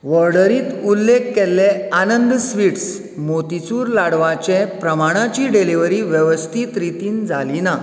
ऑर्डरींत उल्लेख केल्ले आनंद स्वीट्स मोतीचूर लाडवाचे प्रमाणाची डेलिव्हरी वेवस्थीत रितीन जाली ना